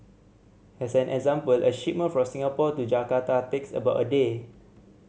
as an example a shipment from Singapore to Jakarta takes about a day